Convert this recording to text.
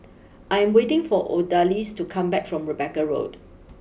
I am waiting for Odalys to come back from Rebecca Road